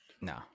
no